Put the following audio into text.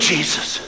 Jesus